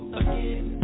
again